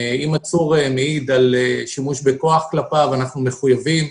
אם עצור מעיד על שימוש בכוח כלפיו אנחנו מחויבים,